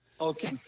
Okay